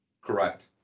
correct